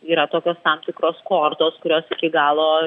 yra tokios tam tikros kortos kurios iki galo